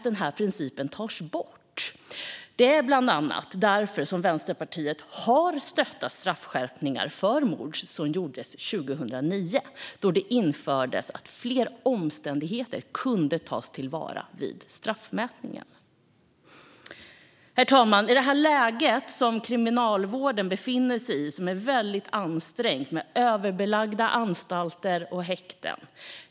Det är bland annat därför som Vänsterpartiet har stöttat straffskärpningar för mord som gjordes 2009, då det infördes att fler omständigheter kunde tas till vara vid straffmätningen. Men vad som nu sker är att denna princip tas bort. Herr talman! Kriminalvården befinner sig i ett mycket ansträngt läge med överbelagda anstalter och häkten.